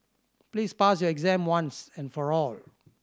please pass your exam once and for all